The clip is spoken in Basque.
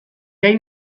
gai